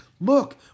Look